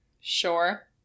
Sure